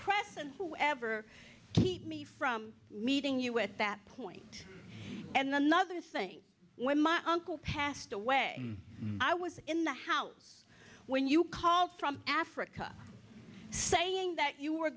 press and whoever keep me from meeting you at that point and another thing when my uncle passed away i was in the house when you called from africa saying that you were